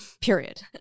Period